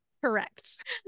Correct